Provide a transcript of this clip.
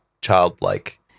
childlike